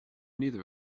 neither